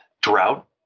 drought